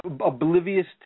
oblivious